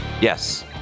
Yes